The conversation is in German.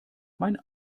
mein